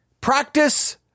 practice